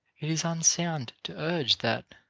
it is unsound to urge that,